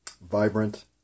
vibrant